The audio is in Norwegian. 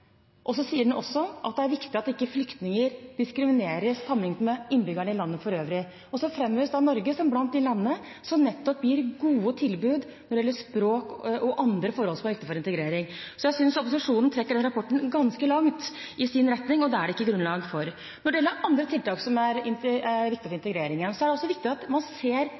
også at det er viktig at flyktninger ikke diskrimineres sammenlignet med de øvrige innbyggerne i landet. Norge framheves blant de landene som nettopp gir gode tilbud når det gjelder språk og andre forhold som er viktige for integrering. Jeg synes opposisjonen trekker den rapporten ganske langt i sin retning, og det er det ikke grunnlag for. Når det gjelder andre tiltak som er viktige for integrering, er det viktig at man ser